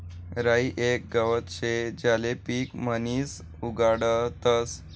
राई येक गवत शे ज्याले पीक म्हणीसन उगाडतस